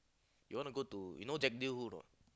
you want to go to you know Jack deal who or not